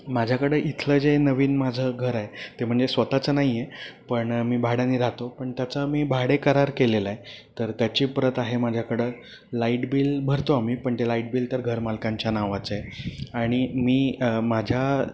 माझ्याकडं इथलं जे नवीन माझं घर आहे ते म्हणजे स्वतःचं नाही आहे पण मी भाड्याने राहतो पण त्याचा मी भाडे करार केलेला आहे तर त्याची प्रत आहे माझ्याकडं लाईट बिल भरतो आम्ही पण ते लाईट बिल तर घरमालकांच्या नावाचं आहे आणि मी माझ्या